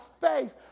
faith